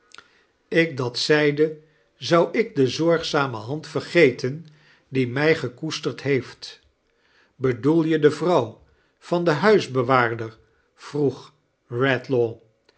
ik dat zeide zou ik de zorgzame hand vergeten die mij gekoesterd heeft bedoel je de vrouw van den huisbewaarder vroeg eedlaw